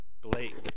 Blake